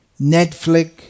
netflix